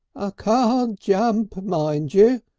ah can't jump, mind ye,